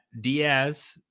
Diaz